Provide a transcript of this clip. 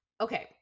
Okay